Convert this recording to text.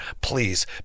please